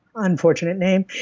unfortunate name.